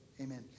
Amen